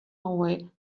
away